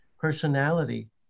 personality